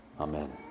Amen